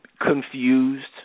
confused